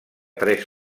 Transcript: tres